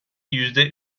yüzde